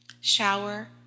shower